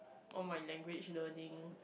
all my language learning